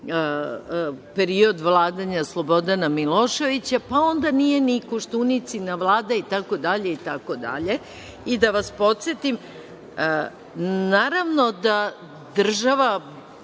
period vladanja Slobodana Miloševića, pa onda nije ni Koštuničina Vlada itd, itd. Da vas podsetim, naravno da država